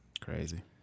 Crazy